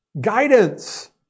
guidance